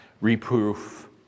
reproof